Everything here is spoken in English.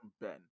Ben